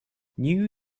new